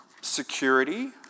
security